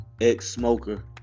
ex-smoker